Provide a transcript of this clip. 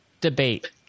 debate